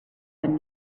one